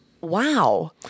wow